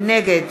נגד